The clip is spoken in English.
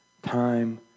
time